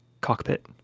cockpit